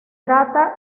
trata